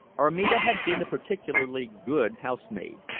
armida had been a particularly good housemaid,